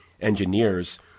engineers